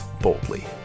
boldly